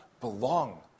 belong